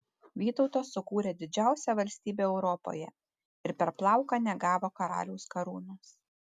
vytautas sukūrė didžiausią valstybę europoje ir per plauką negavo karaliaus karūnos